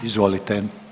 Izvolite.